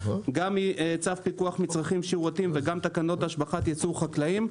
גם מצו פיקוח מצרכים ושירותים וגם תקנות השבחת ייצור חקלאים.